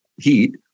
heat